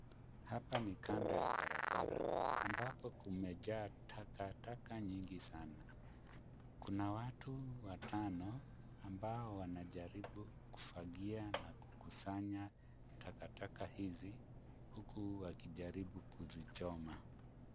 Hapa ni kando ya barabara, ambapo kumejaa takataka nyingi sana. Kuna watu watano ambao wanajaribu kufagia na kukusanya takataka hizi, huku wakijaribu kuzichoma.